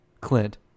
Clint